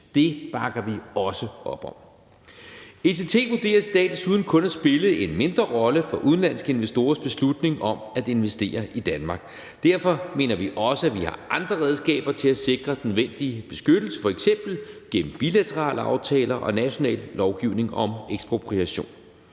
Det bakker vi også op om. ECT vurderes i dag desuden kun at spille en mindre rolle for udenlandske investorers beslutning om at investere i Danmark. Derfor mener vi også, at vi har andre redskaber til at sikre den nødvendige beskyttelse, f.eks. gennem bilaterale aftaler og national lovgivning om ekspropriation.